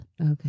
Okay